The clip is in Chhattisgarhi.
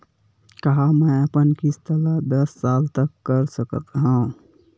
का मैं अपन किस्त ला दस साल तक कर सकत हव?